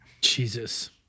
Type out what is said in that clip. Jesus